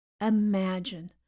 Imagine